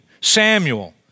Samuel